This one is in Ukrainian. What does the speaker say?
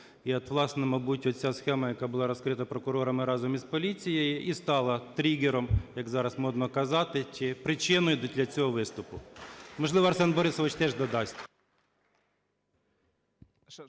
І от, власне, мабуть, оця схема, яка була розкрита прокурорами разом із поліцією, і стала тригером, як зараз модно казати, чи причиною для цього виступу. Можливо, Арсен Борисович теж додасть.